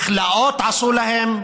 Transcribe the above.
מכלאות עשו להם,